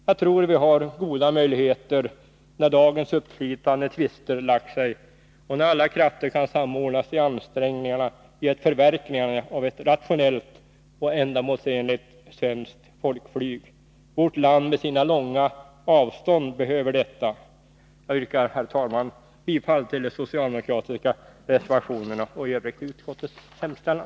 Jag tror att vi har goda möjligheter att se till att så blir fallet, när dagens uppslitande tvister lagt sig och när alla krafter kan samordnas i ansträngningarna för ett förverkligande av ett rationellt och ändamålsenligt svenskt folkflyg. Vårt land med sina långa avstånd behöver detta. Jag yrkar, herr talman, bifall till de socialdemokratiska reservationerna och i övrigt till utskottets hemställan.